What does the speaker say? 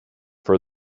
for